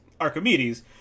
Archimedes